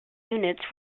units